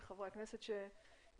לחברי הכנסת שהשתתפו,